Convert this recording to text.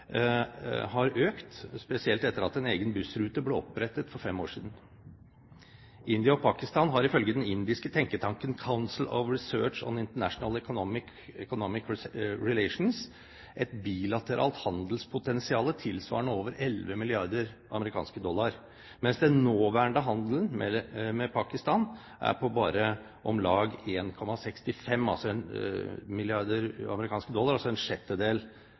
har økt, spesielt etter at en egen bussrute ble opprettet for fem år siden. India og Pakistan har ifølge den indiske tenketanken Council of Research on International Economic Relations et bilateralt handelspotensial tilsvarende over 11 mrd. USD, mens den nåværende handelen med Pakistan er på bare om lag 1,65 mrd. USD, altså en sjettedel av dette. En